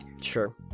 Sure